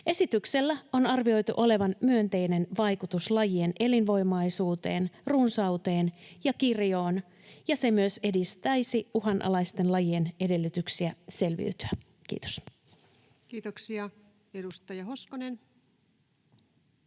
Esityksellä on arvioitu olevan myönteinen vaikutus lajien elinvoimaisuuteen, runsauteen ja kirjoon, ja se myös edistäisi uhanalaisten lajien edellytyksiä selviytyä. — Kiitos. Kiitoksia. — Edustaja Hoskonen.